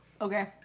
Okay